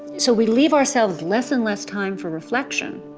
so we leave ourselves less and less time for reflection,